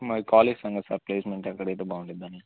మరి కాలేజ్ సంగతి sir placement ఎక్కడ అయితే బాగుంటుంది అని